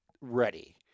ready